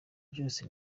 byose